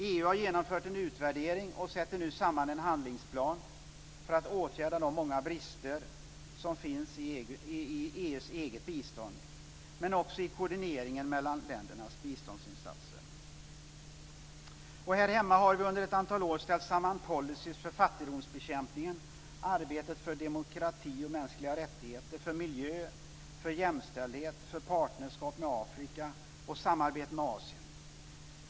EU har genomfört en utvärdering och sätter nu samman en handlingsplan för att åtgärda de många brister som finns i EU:s eget bistånd men också i koordineringen mellan ländernas biståndsinsatser. Här hemma har vi under ett antal år ställt samman policy för fattigdomsbekämpningen, arbetet för demokrati och mänskliga rättigheter, för miljö, för jämställdhet, för partnerskap med Afrika och samarbete med Asien.